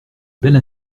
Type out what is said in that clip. belle